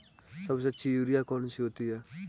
सबसे अच्छी यूरिया कौन सी होती है?